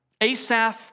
Asaph